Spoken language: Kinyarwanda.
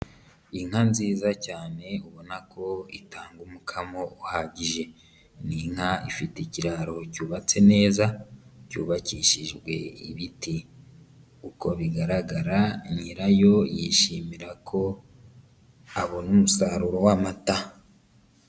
Inka nziza cyane ubona ko itanga umukamo uhagije, ni inka ifite ikiraro cyubatse neza cyubakishijwe ibiti, uko bigaragara nyirayo yishimira ko abona umusaruro w'amata.